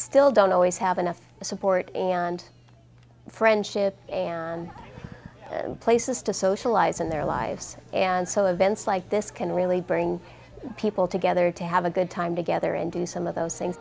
still don't always have enough support and friendship places to socialize in their lives and so events like this can really bring people together to have a good time together and do some of those things